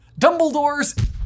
Dumbledore's